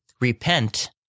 repent